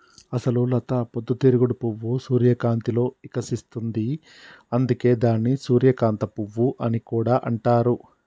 అసలు లత పొద్దు తిరుగుడు పువ్వు సూర్యకాంతిలో ఇకసిస్తుంది, అందుకే దానిని సూర్యకాంత పువ్వు అని కూడా అంటారు